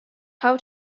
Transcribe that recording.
how